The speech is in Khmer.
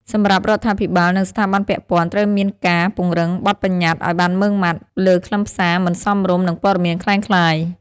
សម្រាប់រដ្ឋាភិបាលនិងស្ថាប័នពាក់ព័ន្ធ ត្រូវតែមានការ ពង្រឹងបទប្បញ្ញត្តិឲ្យបានម៉ឺងម៉ាត់ លើខ្លឹមសារមិនសមរម្យនិងព័ត៌មានក្លែងក្លាយ។